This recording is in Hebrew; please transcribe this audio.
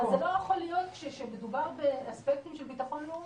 זה לא יכול להיות שכשמדובר באספקטים של ביטחון לאומי,